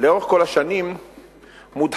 לאורך כל השנים מודחקים,